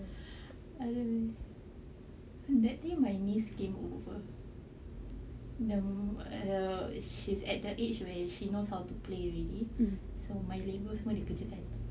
that day my niece came over but ya she's at the age where she knows how to play already so my neighbours [one] also